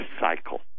cycle